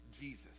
Jesus